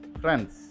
friends